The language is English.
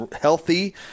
healthy